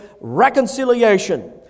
reconciliation